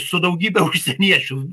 su daugybe užsieniečių